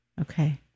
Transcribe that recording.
Okay